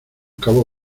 cabo